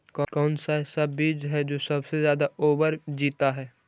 कौन सा ऐसा बीज है की सबसे ज्यादा ओवर जीता है?